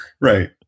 Right